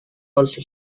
also